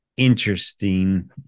interesting